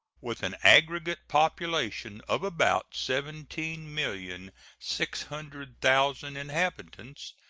with an aggregate population of about seventeen million six hundred thousand inhabitants,